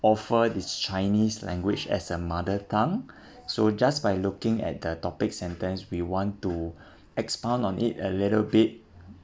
offer is chinese language as a mother tongue so just by looking at the topic sentence we want to expand on it a little bit